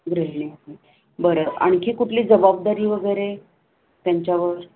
गृहिणी आहे बरं आणखी कुठली जबाबदारी वगैरे त्यांच्यावर